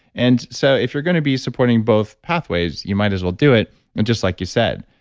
and so if you're going to be supporting both pathways, you might as well do it. and just like you said,